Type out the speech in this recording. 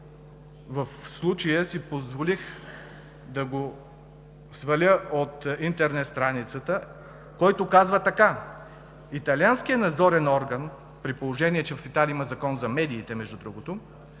в случая си позволих да го сваля от интернет страницата, който казва така: „Италианският надзорен орган“, при положение, че в Италия има закон за медиите, между другото,